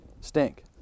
stink